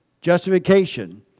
Justification